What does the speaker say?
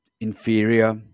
inferior